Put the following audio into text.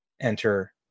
enter